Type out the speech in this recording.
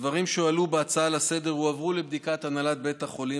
הדברים שהועלו בהצעה לסדר-היום הועברו לבדיקת הנהלת בית החולים,